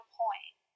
point